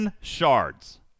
shards